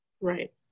Right